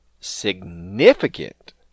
significant